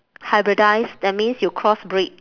hybridise that means you crossbreed